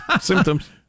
Symptoms